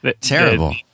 Terrible